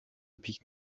pique